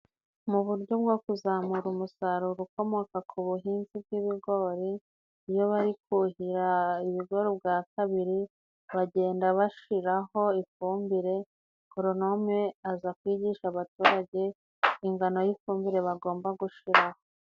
Mu buryo bwo kuzamura umusaruro ukomoka ku buhinzi bw'ibigori, iyo bari kuhira ibigo ubwa kabiri bagenda bashyiraho ifumbire. Goronome aza kwigisha abaturage ingano y'ifumbire bagomba gushyiraho.